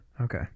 Okay